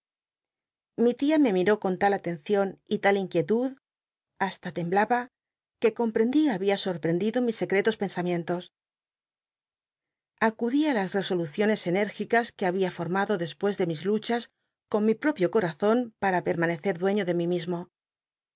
li tia me miró con tal alencion y lal inquietud hasta tem l laba iuccomprendí habia sorprcndido mis secretos pensamientos acudí ri las resoluciones enérgicas que había formado despues de mis luchas con mi propio corazon para pcrmaneccr duciio de mi mismo